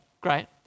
Great